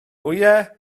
wyau